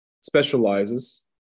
specializes